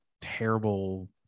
terrible